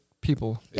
people